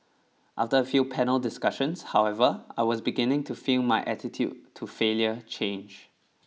after a few panel discussions however I was beginning to feel my attitude to failure change